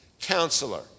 counselor